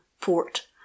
port